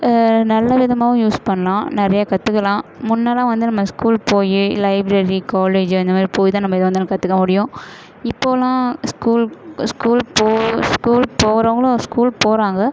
நல்ல விதமாகவும் யூஸ் பண்ணலாம் நிறையா கற்றுக்கலாம் முன்பலாம் வந்து நம்ம ஸ்கூலுக்கு போய் லைப்ரரி காலேஜு அந்த மாதிரி போய் தான் நம்ம எதுவாக இருந்தாலும் கற்றுக்க முடியும் இப்போதெலாம் ஸ்கூல் ஸ்கூல் போ ஸ்கூல் போகிறவங்களும் ஸ்கூல் போகிறாங்க